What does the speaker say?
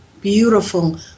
beautiful